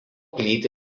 plyti